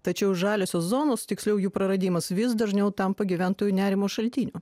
tačiau žaliosios zonos tiksliau jų praradimas vis dažniau tampa gyventojų nerimo šaltiniu